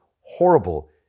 horrible